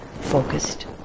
focused